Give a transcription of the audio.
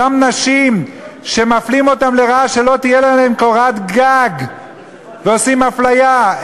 אותן נשים שמפלים אותן לרעה שלא תהיה להן קורת גג ועושים אפליה,